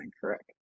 correct